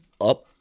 up